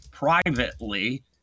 privately